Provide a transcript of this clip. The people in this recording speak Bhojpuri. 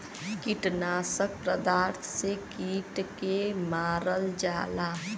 कीटनाशक पदार्थ से के कीट के मारल जाला